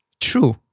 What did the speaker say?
true